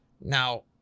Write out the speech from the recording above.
Now